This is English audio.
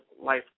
life